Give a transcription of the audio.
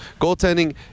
goaltending